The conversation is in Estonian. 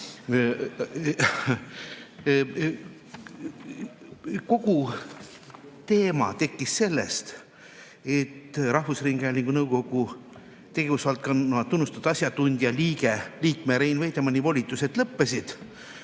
teema tekkis sellest, et rahvusringhäälingu nõukogu tegevusvaldkonna tunnustatud asjatundjast liikme Rein Veidemanni volitused lõppesid.